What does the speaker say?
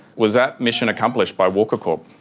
was that mission accomplished by walker corp?